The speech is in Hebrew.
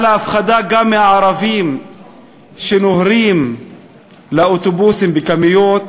על ההפחדה גם מהערבים שנוהרים באוטובוסים בכמויות,